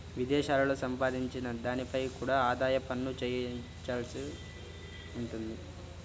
విదేశాలలో సంపాదించిన దానిపై కూడా ఆదాయ పన్ను చెల్లించవలసి ఉంటుంది